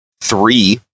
three